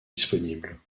disponibles